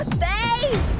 face